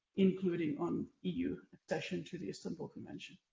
including on eu accession to the istanbul convention.